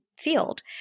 field